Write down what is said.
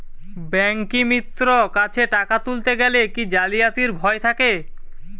ব্যাঙ্কিমিত্র কাছে টাকা তুলতে গেলে কি জালিয়াতির ভয় থাকে?